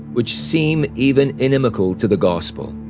which seem even inimical to the gospel.